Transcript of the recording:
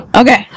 okay